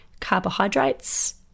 carbohydrates